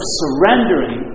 surrendering